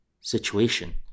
situation